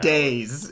Days